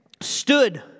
stood